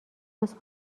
یاد